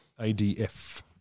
ADF